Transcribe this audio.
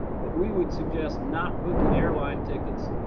but we would suggest not booking airline tickets